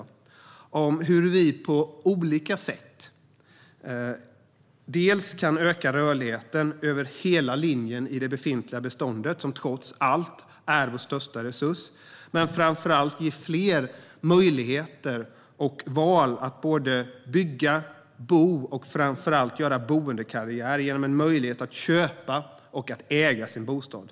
De handlar om hur vi på olika sätt kan öka rörligheten över hela linjen i det befintliga beståndet, som trots allt är vår största resurs, och hur vi ger fler möjligheten och valet att bygga, bo och framför allt göra boendekarriär genom att köpa och att äga sin bostad.